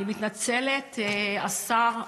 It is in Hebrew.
אני מתנצלת, השר בוסו,